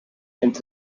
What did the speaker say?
and